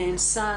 נאנסה,